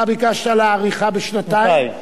אתה ביקשת להאריכה בשנתיים,